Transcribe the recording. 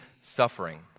suffering